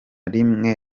rimwe